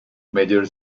major